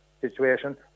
situation